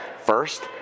first